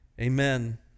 Amen